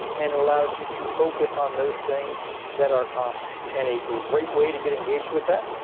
and it allows you to focus on those things that are common. and a great way to get engaged with that.